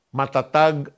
matatag